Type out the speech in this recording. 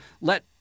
let